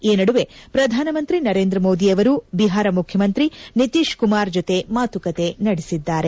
ಈ ನಡುವೆ ಪ್ರಧಾನಮಂತ್ರಿ ನರೇಂದ್ರ ಮೋದಿ ಅವರು ಬಿಹಾರ ಮುಖ್ಯಮಂತ್ರಿ ನಿತೀಶ್ ಕುಮಾರ್ ಜತೆ ಮಾತುಕತೆ ನಡೆಸಿದ್ದಾರೆ